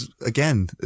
again